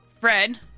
Fred